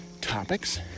topics